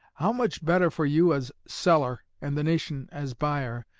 how much better for you as seller, and the nation as buyer,